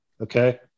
Okay